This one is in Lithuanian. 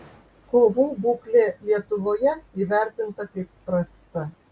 kovų būklė lietuvoje įvertinta kaip prasta